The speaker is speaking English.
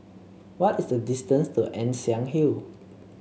what is the distance to Ann Siang Hill